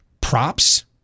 props